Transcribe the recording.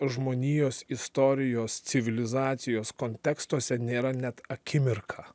žmonijos istorijos civilizacijos kontekstuose nėra net akimirka